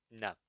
no